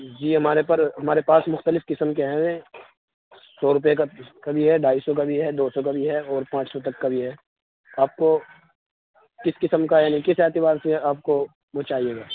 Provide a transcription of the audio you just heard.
جی ہمارے پر ہمارے پاس مختلف قسم کے ہیں سو روپے کا کا بھی ہے ڈھائی سو کا بھی ہے دو سو کا بھی ہے اور پانچ سو تک کا بھی ہے آپ کو کس قسم کا یعنی کس اعتبار سے آپ کو وہ چاہیے ہوگا